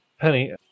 Penny